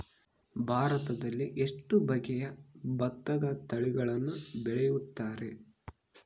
ಭಾರತದಲ್ಲಿ ಎಷ್ಟು ಬಗೆಯ ಭತ್ತದ ತಳಿಗಳನ್ನು ಬೆಳೆಯುತ್ತಾರೆ?